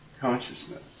consciousness